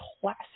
classic